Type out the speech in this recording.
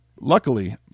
Luckily